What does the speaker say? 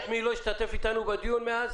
השתתף בדיון מאז?